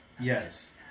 Yes